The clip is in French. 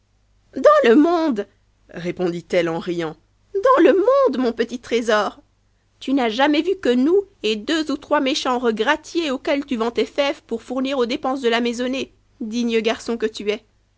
dans le monde répondit eue en riant dans le monde mon petit trésor tu n'as jamais vu que nous et deux ou trois méchants regrattiers auxquels tu vends tes fèves pour fournir aux dépenses de la maisonnée digne garçon que tu es